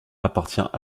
appartient